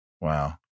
Wow